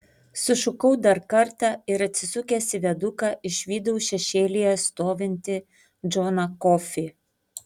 sušukau dar kartą ir atsisukęs į viaduką išvydau šešėlyje stovintį džoną kofį